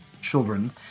children